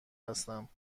هستم